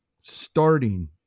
starting